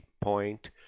point